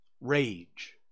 rage